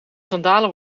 sandalen